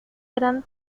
eran